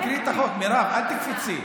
תקראי את החוק, מירב, אל תקפצי.